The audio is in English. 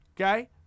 okay